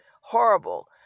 horrible